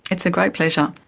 it's a great pleasure.